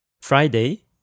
Friday